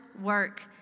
work